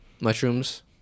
mushrooms